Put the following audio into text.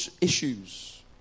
issues